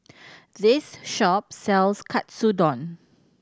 this shop sells Katsudon